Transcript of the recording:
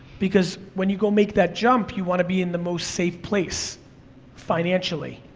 because when you go make that jump, you wanna be in the most safe place financially,